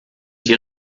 die